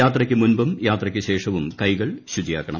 യാത്രയ്ക്ക് മുൻപും യാത്രയ്ക്ക് ശേഷവും കൈകൾ ശുചിയാക്കണം